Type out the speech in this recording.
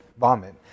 vomit